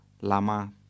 Lama